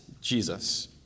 Jesus